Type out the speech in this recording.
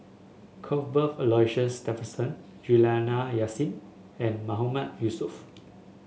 Cuthbert Aloysius Shepherdson Juliana Yasin and Mahmood Yusof